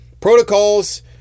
protocols